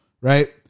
right